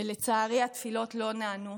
ולצערי התפילות לא נענו.